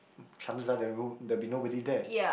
chances are there will there will be nobody there